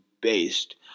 based